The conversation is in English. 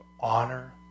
honor